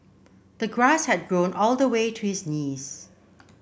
the grass had grown all the way to his knees